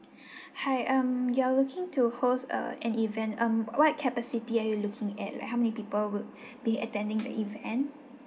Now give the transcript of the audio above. hi um you are looking to host uh an event um what capacity are you looking at like how many people would be attending the event